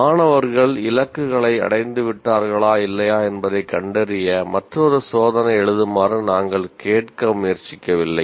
மாணவர்கள் இலக்குகளை அடைந்துவிட்டார்களா இல்லையா என்பதைக் கண்டறிய மற்றொரு சோதனை எழுதுமாறு நாங்கள் கேட்க முயற்சிக்கவில்லை